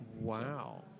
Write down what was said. Wow